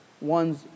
one's